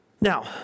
Now